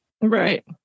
Right